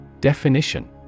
Definition